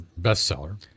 bestseller